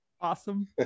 Awesome